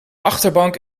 achterbank